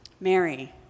Mary